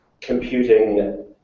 computing